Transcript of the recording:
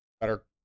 better